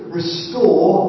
restore